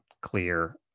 clear